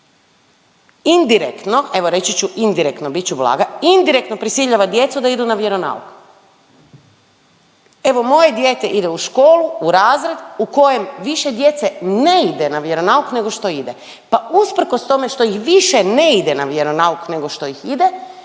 indirektno, evo reći ću indirektno, bit ću blaga, indirektno prisiljava djecu da idu na vjeronauk. Evo moje dijete ide u školu, u razred u kojem više djece ne ide na vjeronauk nego što ide. Pa usprkos tome što ih više ne ide na vjeronauk nego što ih ide,